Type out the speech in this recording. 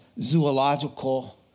zoological